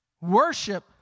Worship